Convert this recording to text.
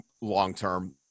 long-term